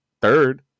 third